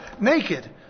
naked